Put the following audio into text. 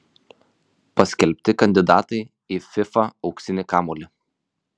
paskelbti kandidatai į fifa auksinį kamuolį